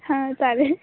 हां चालेल